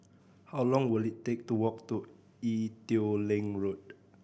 how long will it take to walk to Ee Teow Leng Road